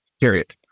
period